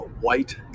White